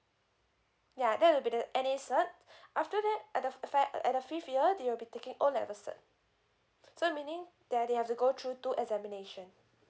ya that'll be the N_A cert after that at the f~ uh fact uh at the fifth year they'll be taking O level cert so meaning that they have to go through two examination